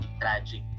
tragic